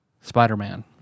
Spider-Man